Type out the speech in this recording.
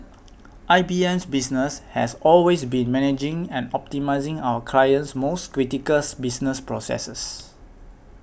I B M's business has always been managing and optimising our clients most criticals business processes